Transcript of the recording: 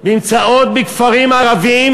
שנמצאות בכפרים ערביים,